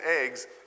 eggs